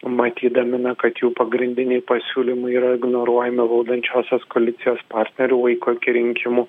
matydami na kad jų pagrindiniai pasiūlymai yra ignoruojami valdančiosios koalicijos partnerių laiko iki rinkimų